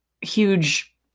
huge